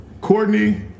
Courtney